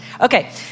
Okay